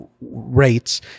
rates